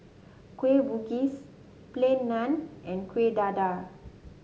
Kueh Bugis Plain Naan and Kuih Dadar